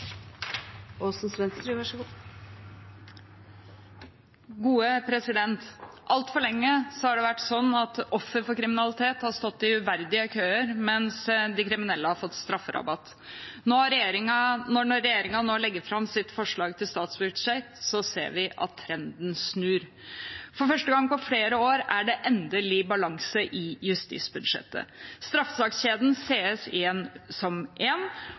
Altfor lenge har det vært sånn at offer for kriminalitet har stått i uverdige køer, mens de kriminelle har fått strafferabatt. Når regjeringen nå legger fram sitt forslag til statsbudsjett, ser vi at trenden snur. For første gang på flere år er det endelig balanse i justisbudsjettet. Straffesakskjeden ses som én. Dette er veien å gå for å unngå flaskehalser og uheldige opphopinger som